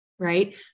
right